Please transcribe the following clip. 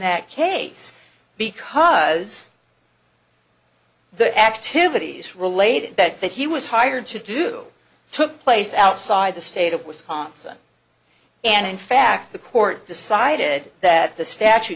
that case because the activities related that that he was hired to do took place outside the state of wisconsin and in fact the court decided that the statu